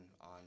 on